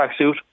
tracksuit